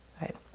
right